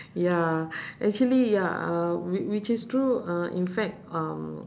ya actually ya uh whi~ which is true uh in fact um